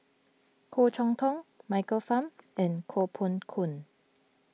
Goh Chok Tong Michael Fam and Koh Poh Koon